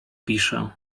piszę